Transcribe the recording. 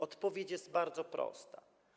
Odpowiedź jest bardzo prosta.